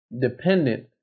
dependent